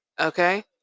okay